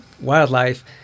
wildlife